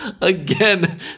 Again